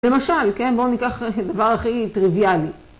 למשל, כן, בואו ניקח דבר הכי טריוויאלי